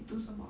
你读什么